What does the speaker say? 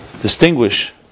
distinguish